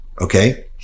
okay